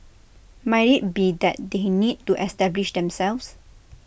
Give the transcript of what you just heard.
might IT be that they need to establish themselves